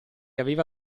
aveva